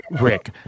Rick